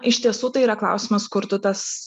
iš tiesų tai yra klausimas kur tu tas